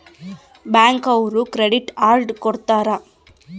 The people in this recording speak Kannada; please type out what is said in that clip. ಬ್ಯಾಂಕ್ ಅವ್ರು ಕ್ರೆಡಿಟ್ ಅರ್ಡ್ ಕೊಡ್ತಾರ